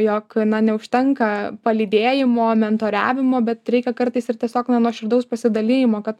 jog na neužtenka palydėjimo mentoriavimo bet reikia kartais ir tiesiog na nuoširdaus pasidalijimo kad